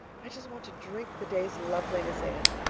i just want to drink the day's loveliness in.